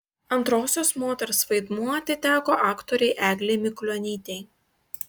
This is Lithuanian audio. antrosios moters vaidmuo atiteko aktorei eglei mikulionytei